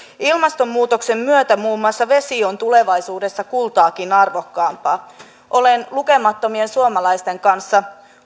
ilmastonmuutoksen myötä muun muassa vesi on tulevaisuudessa kultaakin arvokkaampaa olen lukemattomien suomalaisten kanssa